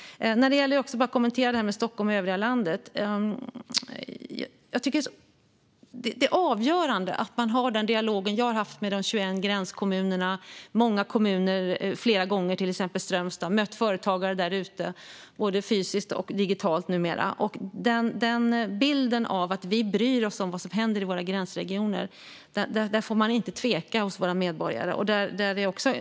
Jag vill kommentera det som sas om Stockholm och övriga landet. Det avgörande när vi har en dialog som den jag har haft med de 21 gränskommunerna - många kommuner har jag mött flera gånger, till exempel Strömstad - och mött företagare där ute, både fysiskt och numera digitalt, är att vi visar att vi bryr oss om vad som händer i våra gränsregioner. Det får inte finns något tvivel om det hos våra medborgare.